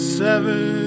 seven